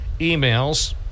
emails